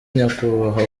nyakubahwa